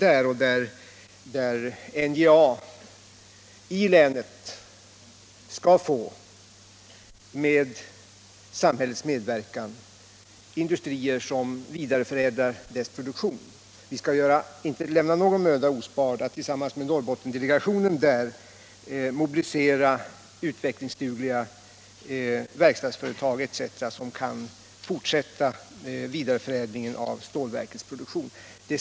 NJA skall i länet med samhällets medverkan få industrier som vidareförädlar företagets produkter. Vi skall inte spara någon möda i arbetet tillsammans med Norrbottensdelegationen på att mobilisera utvecklingsdugliga verkstadsföretag osv., som kan åta sig vidareförädlingen av stålverkets produktion.